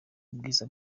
ubwiza